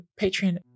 Patreon